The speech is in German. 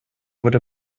wurde